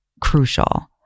crucial